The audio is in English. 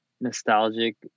nostalgic